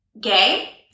gay